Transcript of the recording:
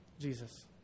Jesus